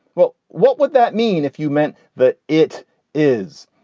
well, what would that mean if you meant that it is?